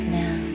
now